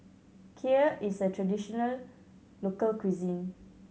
kheer is a traditional local cuisine